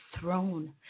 throne